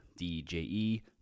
dje